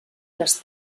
les